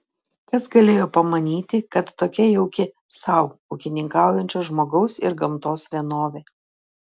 kas galėjo pamanyti kad tokia jauki sau ūkininkaujančio žmogaus ir gamtos vienovė